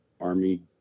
Army